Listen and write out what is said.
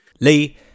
Lee